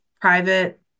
private